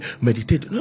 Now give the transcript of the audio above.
meditate